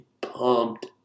pumped